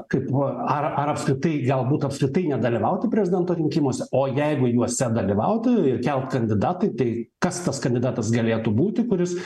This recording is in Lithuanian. kaip ar ar apskritai galbūt apskritai nedalyvauti prezidento rinkimuose o jeigu juose dalyvaut ir kelt kandidatą tai kas tas kandidatas galėtų būti kuris